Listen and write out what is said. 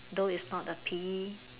though it's not the P_E